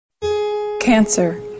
Cancer